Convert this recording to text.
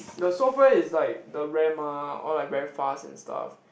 the software is like the Ram mah all like very fast and stuff